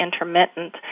intermittent